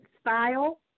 style